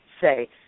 say